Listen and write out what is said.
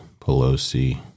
Pelosi